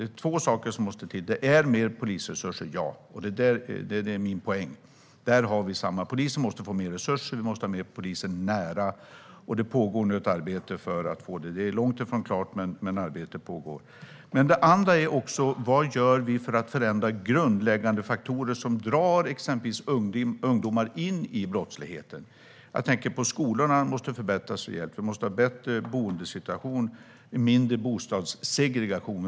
Två saker måste till: mer polisresurser - ja. Detta är min poäng. Där har vi samma ambition. Polisen måste få mer resurser, och vi måste ha fler poliser nära. Ett arbete pågår nu för att åstadkomma det. Det är långt ifrån klart, men det pågår. Det andra är: Vad gör vi för att förändra grundläggande faktorer som drar exempelvis ungdomar in i brottslighet? Skolorna måste förbättras rejält. Vi måste ha en bättre boendesituation med mindre bostadssegregation.